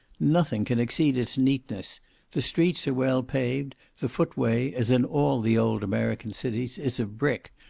nothing can exceed its neatness the streets are well paved, the foot-way, as in all the old american cities, is of brick,